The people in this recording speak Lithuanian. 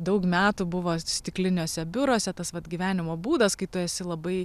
daug metų buvo stikliniuose biuruose tas vat gyvenimo būdas kai tu esi labai